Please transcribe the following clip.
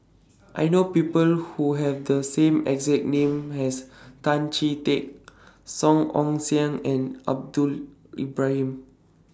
I know People Who Have The same exact name as Tan Chee Teck Song Ong Siang and Ibrahim